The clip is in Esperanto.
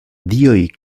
dioj